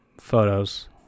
photos